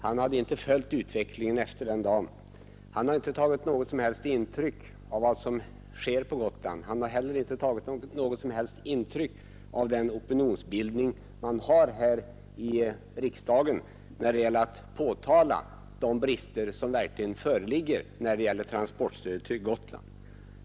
Han har inte följt utvecklingen efter den dagen, han har inte tagit något som helst intryck av vad som sker på Gotland och inte heller av den opinionsbildning vi har här i riksdagen när det gäller att påtala de brister som verkligen föreligger i fråga om transportstödet till Gotland.